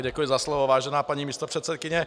Děkuji za slovo, vážená paní místopředsedkyně.